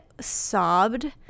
sobbed